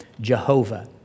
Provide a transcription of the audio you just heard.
Jehovah